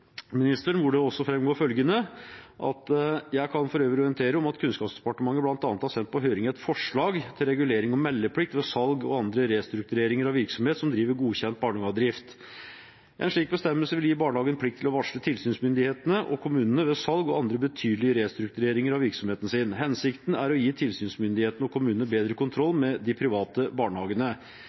også framgår følgende: «Jeg kan for øvrig orientere om at Kunnskapsdepartementet blant annet har sendt på høring et forslag til regulering om meldeplikt ved salg og andre restruktureringer av virksomhet som driver godkjent barnehagedrift. En slik bestemmelse vil gi barnehagen plikt til å varsle tilsynsmyndigheten og kommunen ved salg og andre betydelige restruktureringer av virksomheten sin. Hensikten er å gi tilsynsmyndigheten og kommunen bedre kontroll med de private barnehagene.